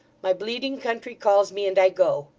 my bleeding country calls me and i go!